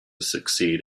succeed